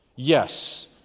Yes